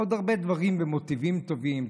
עוד הרבה דברים ומוטיבים טובים,